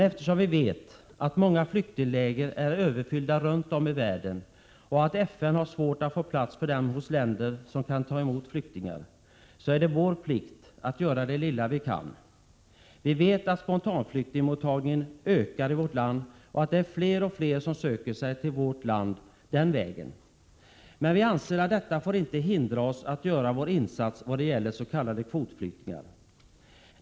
Eftersom vi vet att många flyktingläger är överfyllda runt om i världen och att FN har svårt att bereda flyktingar plats i många länder, är det vår plikt att göra det lilla vi kan. Vi vet att spontanflyktingmottagningen ökar i vårt land, och att det är fler och Prot. 1987/88:115 fler som söker sig till vårt land den vägen. Detta får dock inte hindra oss att göra vår insats för s.k. kvotflyktingar.